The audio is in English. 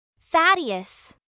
Thaddeus